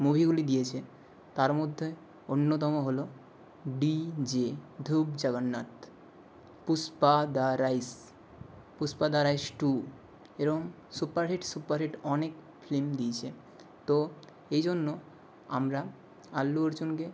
মুভিগুলি দিয়েছে তার মধ্যে অন্যতম হলো D J Duvvada Jagannadham Pushpa the rise Pushpa the rise two এরকম সুপারহিট সুপারহিট অনেক ফিল্ম দিয়েছে তো এই জন্য আমরা আল্লু অর্জুনকে